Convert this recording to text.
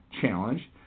challenge